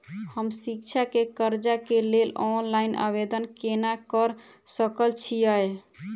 हम शिक्षा केँ कर्जा केँ लेल ऑनलाइन आवेदन केना करऽ सकल छीयै?